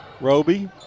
Roby